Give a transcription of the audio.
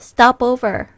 Stopover